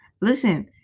listen